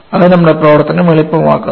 അത് നമ്മുടെ പ്രവർത്തനം എളുപ്പമാക്കുന്നു